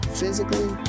physically